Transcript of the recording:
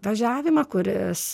važiavimą kuris